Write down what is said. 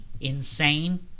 insane